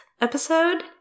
episode